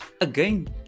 Again